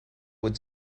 would